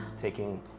taking